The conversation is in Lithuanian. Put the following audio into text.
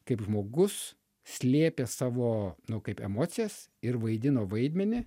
kaip žmogus slėpė savo nu kaip emocijas ir vaidino vaidmenį